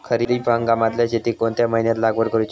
खरीप हंगामातल्या शेतीक कोणत्या महिन्यात लागवड करूची?